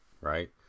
Right